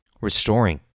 restoring